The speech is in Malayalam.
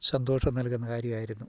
സന്തോഷം നൽകുന്ന കാര്യമായിരുന്നു